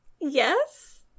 Yes